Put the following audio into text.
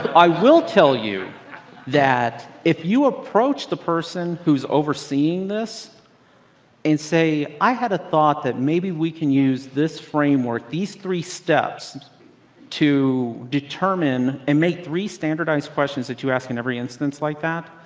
i will tell you that if you approach the person who's overseeing this and say, i had a thought that maybe we can use this framework, these three steps to determine and make three standardized questions that you ask in every instance like that,